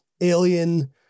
alien